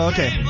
Okay